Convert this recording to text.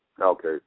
Okay